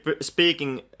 speaking